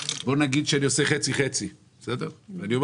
בוא נגיד שאני עושה חצי-חצי ואני אומר